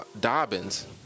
Dobbins